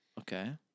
Okay